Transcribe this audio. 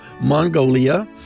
Mongolia